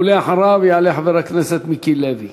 ואחריו יעלה חבר הכנסת מיקי לוי,